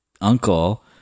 uncle